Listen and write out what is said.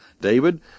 David